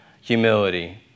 Humility